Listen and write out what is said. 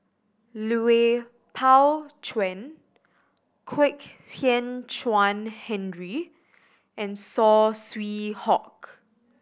Lui Pao Chuen Kwek Hian Chuan Henry and Saw Swee Hock